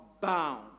Bound